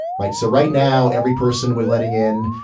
right. so right now, every person we're letting in,